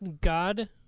God